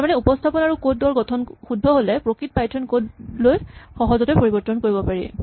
তাৰমানে উপস্হাপন আৰু কড ৰ গঠন শুদ্ধ হ'লে প্ৰকৃত পাইথন কড লৈ সহজে পৰিবৰ্তন কৰিব পাৰি